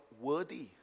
worthy